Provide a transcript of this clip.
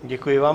Děkuji vám.